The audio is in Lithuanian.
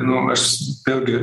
nu aš vėlgi